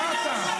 פעם שנייה,